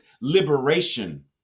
liberation